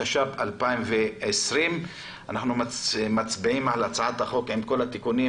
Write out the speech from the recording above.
התש"ף 2020. אנחנו מצביעים על הצעת החוק עם כל התיקונים